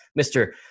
mr